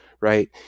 right